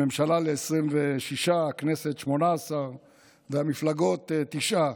הממשלה ל-26%, הכנסת, ל-18% והמפלגות, ל-9%,